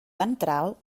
ventral